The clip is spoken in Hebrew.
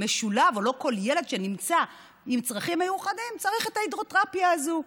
משולב או לא כל ילד שנמצא עם צרכים מיוחדים צריך את ההידרותרפיה הזו,